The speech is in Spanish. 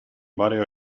varios